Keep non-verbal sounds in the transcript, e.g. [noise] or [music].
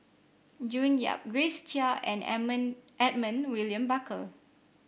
June Yap Grace Chia and [unintelligible] Edmund William Barker